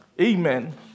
Amen